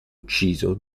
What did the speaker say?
ucciso